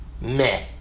Meh